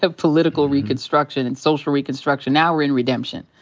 ah political reconstruction and social reconstruction, now we're in redemption.